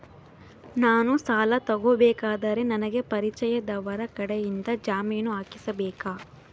ನಾನು ಸಾಲ ತಗೋಬೇಕಾದರೆ ನನಗ ಪರಿಚಯದವರ ಕಡೆಯಿಂದ ಜಾಮೇನು ಹಾಕಿಸಬೇಕಾ?